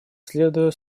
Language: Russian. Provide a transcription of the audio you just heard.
следуя